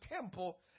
temple